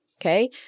Okay